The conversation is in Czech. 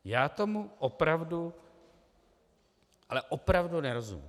Já tomu opravdu, ale opravdu nerozumím.